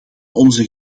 onze